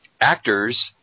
actors